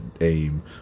aim